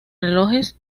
relojes